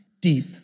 deep